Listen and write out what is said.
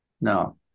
No